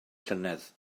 llynedd